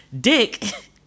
dick